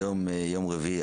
היום יום רביעי,